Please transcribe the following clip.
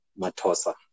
Matosa